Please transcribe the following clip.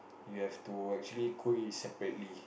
you have to actually cook it separately